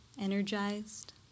energized